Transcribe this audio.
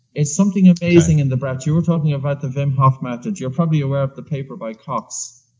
it's something amazing in the breath you were talking about the wim hoff method. you were probably aware of the paper by cox.